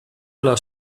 alla